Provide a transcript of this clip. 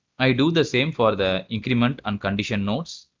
i do the same for the increment and condition nodes,